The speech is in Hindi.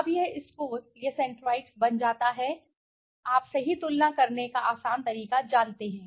अब यह स्कोर यह सेंट्रोइड्स बन जाता है कि आप सही तुलना करने का आसान तरीका जानते हैं